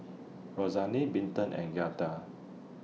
Rosalyn Milton and Giada